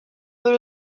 peut